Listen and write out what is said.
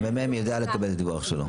הממ"מ יודע לקבל דיווח שלו.